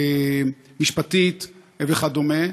משפטית וכדומה.